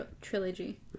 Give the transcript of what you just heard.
Trilogy